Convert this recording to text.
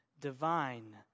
divine